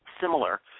similar